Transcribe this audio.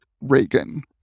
Reagan